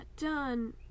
done